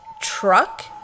truck